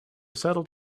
settled